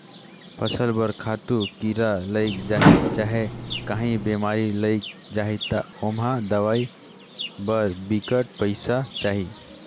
फसल बर खातू, कीरा लइग जाही चहे काहीं बेमारी लइग जाही ता ओम्हां दवई बर बिकट पइसा चाही